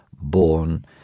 born